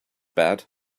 bet